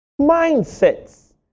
mindsets